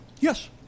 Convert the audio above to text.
Yes